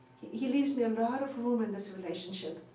he leaves me a lot of room in this relationship.